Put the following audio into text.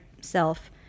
self